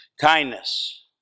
kindness